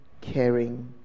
caring